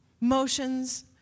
motions